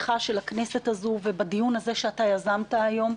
הפתיחה של הכנסת הזאת ובדיון שיזמת היום.